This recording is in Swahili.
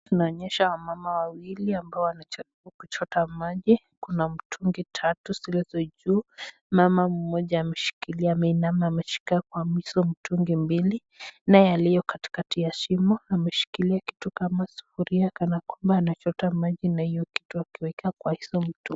Tunaonyeshwa wamama wawili ambao wanajaribu kuchota maji kuna mitungi tatu zilizo juu, Mama mmoja ameshikilia ameinama ameshika kwa hizo mitungi mbili naye aliye katikakati ya shimo ameshikilia kitu kama sufuria kana kwamba anachota maji na iyo kitu akiweka kwa hizo mitungi.